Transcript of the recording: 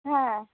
हँ